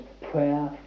prayer